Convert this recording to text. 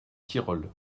tyrol